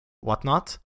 whatnot